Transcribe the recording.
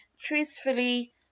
truthfully